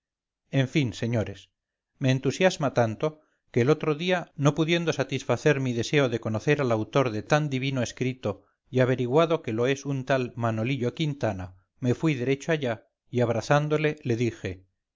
en fin señores me entusiasma tanto que el otro día no pudiendo satisfacer mi deseo de conocer al autor de tan divino escrito y averiguado que lo es un tal manolito quintana me fui derecho allá y abrazándole le dije